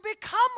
become